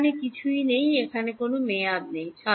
এখানে কিছুই নেই এখানে কোনও মেয়াদ নেই